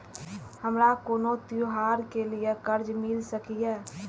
हमारा कोनो त्योहार के लिए कर्जा मिल सकीये?